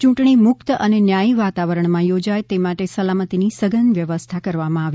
ચૂંટણી મુક્ત અને ન્યાયી વાતાવરણમાં યોજાય તે માટે સલામતીની સઘન વ્યવસ્થા કરવામાં આવી